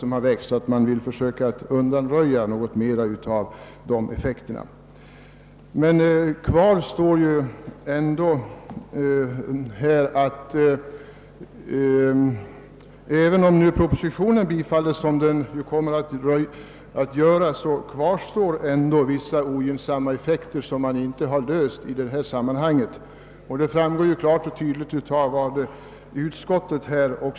Man har velat minska verkan av dessa effekter. även om propositionens förslag nu kommer att bifallas, och så blir väl fallet, kvarstår vissa ogynnsamma effekter, vilket också klart och tydligt framgår av utskottets skrivning.